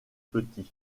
petits